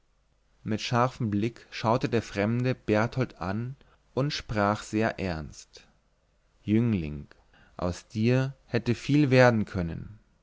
mit scharfem blicke schaute der fremde berthold an und sprach sehr ernst jüngling aus dir hätte viel werden können